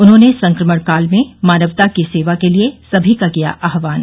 उन्होंने संक्रमण काल में मानवता की सेवा के लिए सभी का किया आह्वान